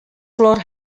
floor